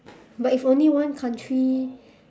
but if only one country